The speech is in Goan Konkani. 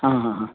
हां हां